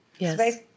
Yes